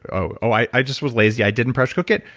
oh, i just was lazy. i didn't pressure cook it.